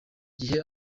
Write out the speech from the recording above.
gihe